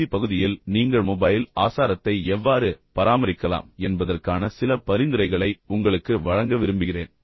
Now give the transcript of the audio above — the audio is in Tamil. இறுதிப் பகுதியில் நீங்கள் மொபைல் ஆசாரத்தை எவ்வாறு பராமரிக்கலாம் என்பதற்கான சில பரிந்துரைகளை உங்களுக்கு வழங்க விரும்புகிறேன்